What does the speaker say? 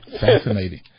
Fascinating